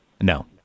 No